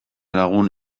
lagun